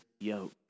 yoke